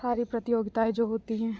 सारी प्रतियोगिताएं जो होती है